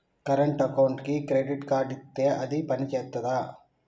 Current అకౌంట్కి credit card ఇత్తే అది పని చేత్తదా?